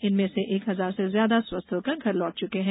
इनमें से एक हजार से ज्यादा स्वस्थ होकर घर लौट चुके हैं